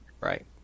Right